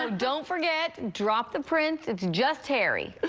um don't forget, drop the prince. it's just harry.